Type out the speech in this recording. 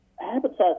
Habitats